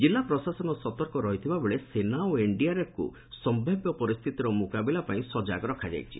ଜିଲ୍ଲା ପ୍ରଶାସନ ସତର୍କ ରହିଥିବା ବେଳେ ସେନା ଓ ଏନ୍ଡିଆର୍ଏଫ୍କୁ ସମ୍ଭାବ୍ୟ ପରିସ୍ଥିତିର ମୁକାବିଲା ପାଇଁ ସଜାଗ ରଖାଯାଇଛି